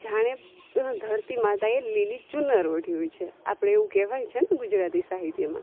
જાણે ધરતી માતાએ લીલી ચુનર ઓઢી હોય છે આપણે એવું કહેવાય છેને ગુજરાતી સાહિત્યમાં